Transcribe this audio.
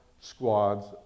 squads